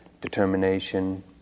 determination